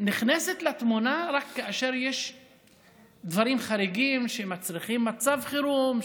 נכנסת לתמונה רק כאשר יש דברים חריגים שמצריכים מצב חירום,